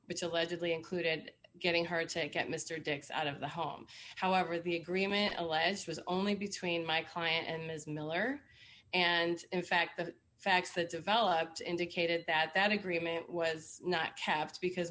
which allegedly included getting her to take out mr dicks out of the home however the agreement a last was only between my client and ms miller and in fact the facts that developed indicated that that agreement was not have to because